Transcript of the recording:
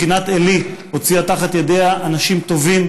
מכינת עלי הוציאה תחת ידיה אנשים טובים,